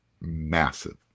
Massive